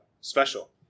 special